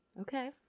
Okay